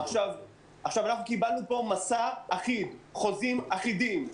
קיבלנו פה מסע אחיד, חוזים אחידים.